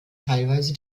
teilweise